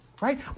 Right